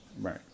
Right